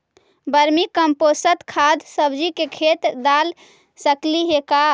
Vermi compost खाद सब्जी के खेत दाल सकली हे का?